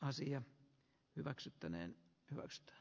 asian hyväksyttäneen pyrstö